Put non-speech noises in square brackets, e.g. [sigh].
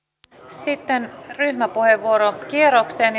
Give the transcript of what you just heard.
sitten ryhmäpuheenvuorokierrokseen [unintelligible]